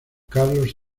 carlos